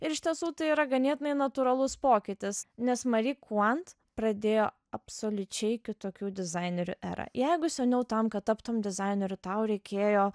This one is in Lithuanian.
ir iš tiesų tai yra ganėtinai natūralus pokytis nes mari kuant pradėjo absoliučiai kitokių dizainerių erą jeigu seniau tam kad taptum dizaineriu tau reikėjo